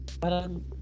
parang